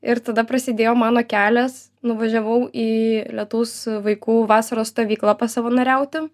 ir tada prasidėjo mano kelias nuvažiavau į lietaus vaikų vasaros stovyklą pasavanoriauti